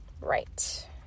Right